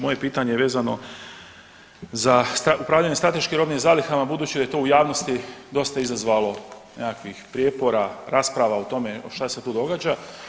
Moje pitanje vezano za upravljanje strateškim robnim zalihama, budući da je to u javnosti dosta izazvalo nekakvih prijepora, rasprava, o tome šta se tu događa.